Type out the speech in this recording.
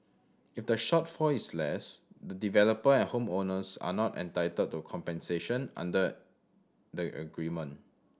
if the shortfall is less the developer and home owners are not entitled to compensation under the agreement